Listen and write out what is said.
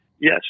Yes